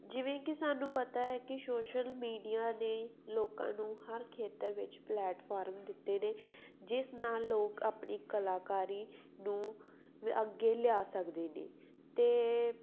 ਜਿਵੇਂ ਕਿ ਸਾਨੂੰ ਪਤਾ ਹੈ ਕਿ ਸ਼ੋਸ਼ਲ ਮੀਡੀਆ ਨੇ ਲੋਕਾਂ ਨੂੰ ਹਰ ਖੇਤਰ ਵਿੱਚ ਪਲੈਟਫਾਰਮ ਦਿੱਤੇ ਨੇ ਜਿਸ ਨਾਲ ਲੋਕ ਆਪਣੀ ਕਲਾਕਾਰੀ ਨੂੰ ਅੱਗੇ ਲਿਆ ਸਕਦੇ ਨੇ ਅਤੇ